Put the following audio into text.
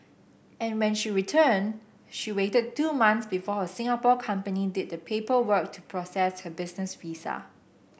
and when she returned she waited two months before her Singapore company did the paperwork to process her business visa